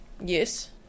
Yes